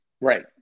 Right